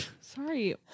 Sorry